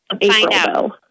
April